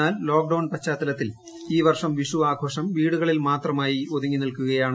എന്നാൽ ലോക്ഡൌൺ പശ്ചാത്തലത്തിൽ ഈ വർഷം വിഷു ആഘോഷം വീടുകളിൽ മാത്രമായി ഒതുങ്ങി നിൽക്കുകയാണ്